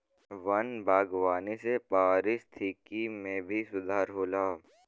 वन बागवानी से पारिस्थिकी में भी सुधार होला